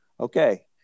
Okay